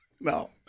No